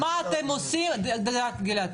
גלעד,